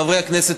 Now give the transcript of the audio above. חברי הכנסת,